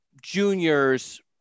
juniors